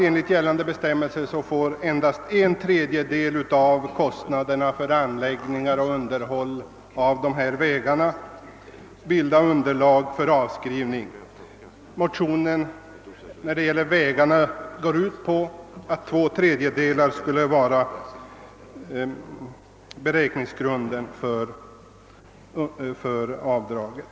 Enligt gällande bestämmelser får endast en tredjedel av kostnaderna för anläggning och underhåll av permanenta skogsvägar bilda underlag för avskrivning. I de motioner som avser dessa vägar yrkas, att i stället två tredjedelar av kostnaderna skulle få utgöra beräkningsgrund för avdraget.